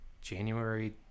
January